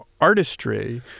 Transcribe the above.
artistry